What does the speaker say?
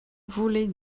voulez